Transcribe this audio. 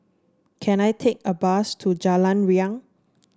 can I take a bus to Jalan Riang